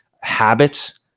habits